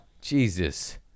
Jesus